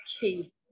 key